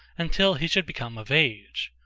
until he should become of age.